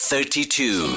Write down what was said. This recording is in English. Thirty-two